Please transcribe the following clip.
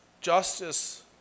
Justice